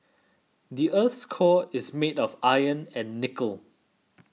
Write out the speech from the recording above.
the earth's core is made of iron and nickel